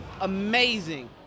amazing